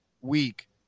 week